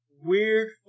weird